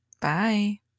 bye